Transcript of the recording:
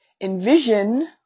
envision